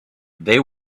they